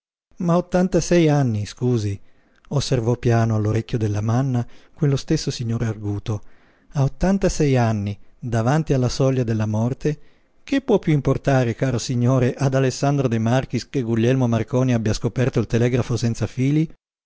a ottantasei anni scusi osservò piano all'orecchio del lamanna quello stesso signore arguto a ottantasei anni davanti alla soglia della morte che può piú importare caro signore ad alessandro de marchis che guglielmo marconi abbia scoperto il telegrafo senza fili